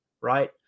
Right